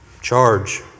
Charge